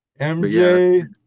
MJ